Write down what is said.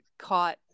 caught